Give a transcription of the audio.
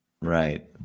right